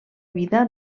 vida